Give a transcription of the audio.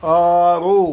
ಆರು